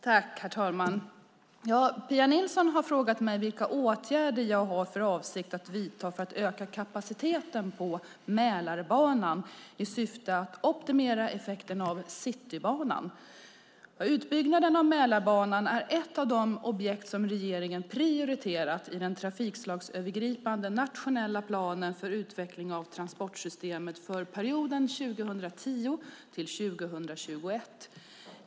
Herr talman! Pia Nilsson har frågat mig vilka åtgärder jag har för avsikt att vidta för att öka kapaciteten på Mälarbanan i syfte att optimera effekten av Citybanan. Utbyggnaden av Mälarbanan är ett av de objekt som regeringen har prioriterat i den trafikslagsövergripande nationella planen för utveckling av transportsystemet för perioden 2010-2021.